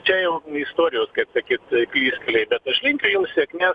čia jau istorijos kaip sakyt klystkeliai bet aš linkiu jum sėkmės